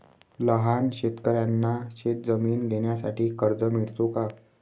लहान शेतकऱ्यांना शेतजमीन घेण्यासाठी कर्ज मिळतो का?